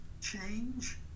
Change